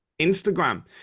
Instagram